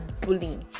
bullying